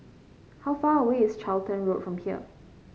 how far away is Charlton Road from here